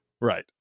right